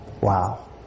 Wow